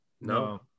No